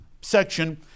section